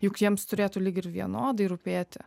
juk jiems turėtų lyg ir vienodai rūpėti